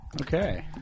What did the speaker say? Okay